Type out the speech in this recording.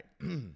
right